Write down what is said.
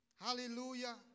Hallelujah